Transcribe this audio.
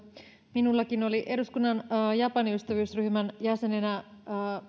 minullakin oli eduskunnan japani ystävyysryhmän jäsenenä